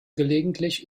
gelegentlich